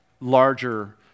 larger